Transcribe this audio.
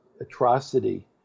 atrocity